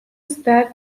starred